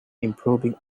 improving